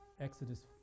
Exodus